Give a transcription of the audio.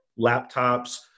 laptops